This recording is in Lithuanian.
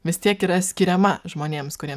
vis tiek yra skiriama žmonėms kuriems